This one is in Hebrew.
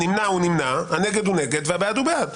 הנמנע הוא נמנע, נגד הוא נגד, והבעד הוא בעד.